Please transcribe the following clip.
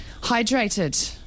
hydrated